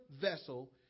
vessel